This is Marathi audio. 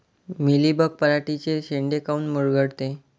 मिलीबग पराटीचे चे शेंडे काऊन मुरगळते?